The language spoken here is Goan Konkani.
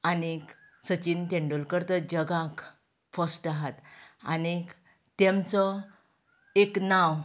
आनीक सचीन तेंडुलकर तर जगांत फस्ट आहात आनीक तेमचो एक नांव